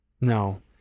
No